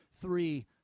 Three